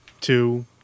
two